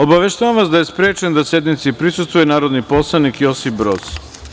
Obaveštavam vas da je sprečen da sednici prisustvuje narodni poslanik Josip Broz.